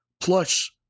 Plus